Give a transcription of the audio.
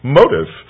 motive